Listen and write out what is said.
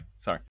Sorry